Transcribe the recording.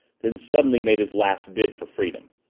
then, suddenly, made his last bid for freedom.